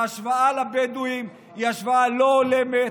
וההשוואה לבדואים היא השוואה לא הולמת,